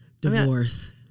Divorce